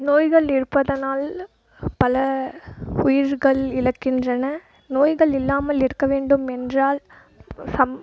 நோய்கள் இருப்பதனால் பல உயிர்கள் இழக்கின்றன நோய்கள் இல்லாமல் இருக்க வேண்டும் என்றால் சம்